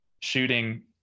shooting